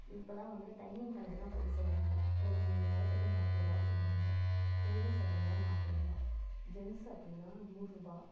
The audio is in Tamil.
இப்போல்லாம் வந்து டைமிங் கணக்கு தான் போட்டு செய்யறாங்க ஒரு மணி நேரத்துக்கு நாற்பதுருவா சொல்லுறாங்க லேடீஸ் அப்படின்னா நாற்பதுருவா ஜென்ஸ் அப்படின்னா நூறுரூபா